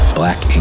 black